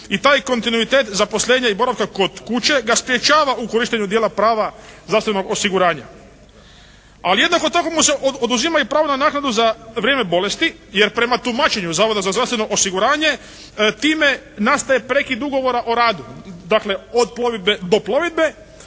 i taj kontinuitet zaposlenja i boravka kod kuće ga sprječava u korištenju dijela prava zdravstvenog osiguranja. Ali jednako tako mu se oduzima i pravo na naknadu za vrijeme bolesti jer prema tumačenju Zavoda za zdravstveno osiguranje time nastaje prekid ugovora o radu dakle od plovidbe do plovidbe,